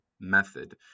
method